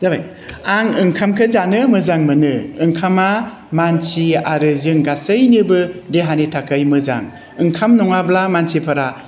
जाबाय आं ओंखामखौ जानो मोजां मोनो ओंखामा मानसि आरो जों गासैनिबो देहानि थाखाय मोजां ओंखाम नङाब्ला मानसिफोरा